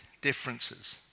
differences